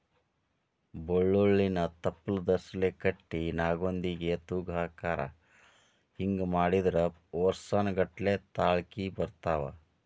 ಬಳ್ಳೋಳ್ಳಿನ ತಪ್ಲದರ್ಸಿಲೆ ಕಟ್ಟಿ ನಾಗೊಂದಿಗೆ ತೂಗಹಾಕತಾರ ಹಿಂಗ ಮಾಡಿದ್ರ ವರ್ಸಾನಗಟ್ಲೆ ತಾಳ್ಕಿ ಬರ್ತಾವ